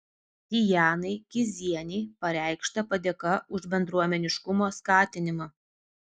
dianai kizienei pareikšta padėka už bendruomeniškumo skatinimą